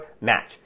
match